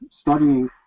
studying